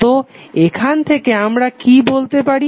তো এখান থেকে আমরা কি পেতে পারি